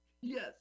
Yes